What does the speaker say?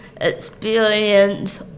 experience